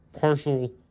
partial